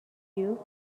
you